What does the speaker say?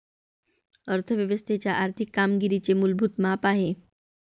अर्थ व्यवस्थेच्या आर्थिक कामगिरीचे मूलभूत माप आहे